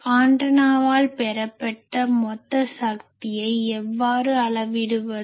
எனவே ஆண்டனாவால் பெறப்பட்ட மொத்த சக்தியை எவ்வாறு அளவிடுவது